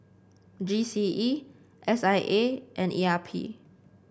G C E S I A and E R P